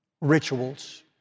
rituals